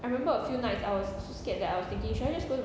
I remember a few nights I was so scared that I was thinking should I just go